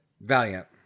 Valiant